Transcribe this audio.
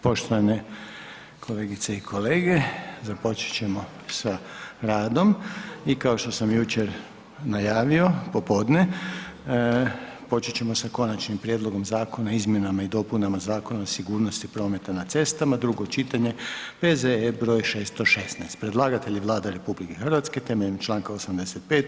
Poštovane kolegice i kolege započet ćemo sa radom i kao što sam jučer najavio popodne počet ćemo sa: - Konačnim prijedlogom Zakona o izmjenama i dopunama Zakona o sigurnosti prometa za na cestama, drugo čitanje, P.Z.E. broj 616 Predlagatelj je Vlada RH temeljem Članka 85.